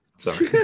Sorry